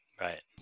Right